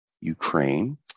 Ukraine